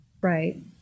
Right